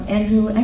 Andrew